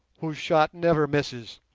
whose shot never misses,